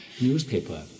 newspaper